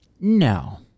no